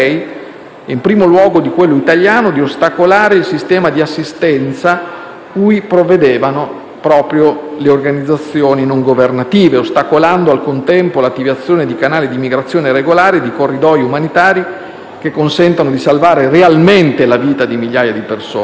in primo luogo di quello italiano, di ostacolare il sistema di assistenza cui provvedevano proprio le organizzazioni non governative, ostacolando al contempo l'attivazione di canali di immigrazione regolari e di corridoi umanitari che consentano di salvare realmente la vita di migliaia di persone.